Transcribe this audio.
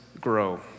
grow